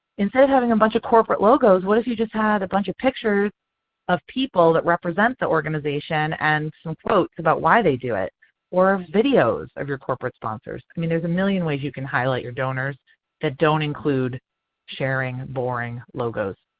instead of having a bunch of corporate logos what if you just had a bunch of pictures of people that represent the organization and some quotes about why they do it or videos of your corporate sponsors? i mean there's a million ways you can highlight your donors that don't include sharing boring logos.